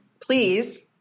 please